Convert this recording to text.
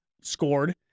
scored